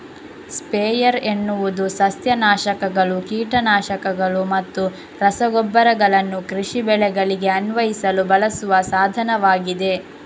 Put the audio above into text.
sprayer ಎನ್ನುವುದು ಸಸ್ಯ ನಾಶಕಗಳು, ಕೀಟ ನಾಶಕಗಳು ಮತ್ತು ರಸಗೊಬ್ಬರಗಳನ್ನು ಕೃಷಿ ಬೆಳೆಗಳಿಗೆ ಅನ್ವಯಿಸಲು ಬಳಸುವ ಸಾಧನವಾಗಿದೆ